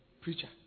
preacher